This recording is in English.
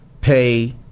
pay